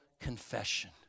confession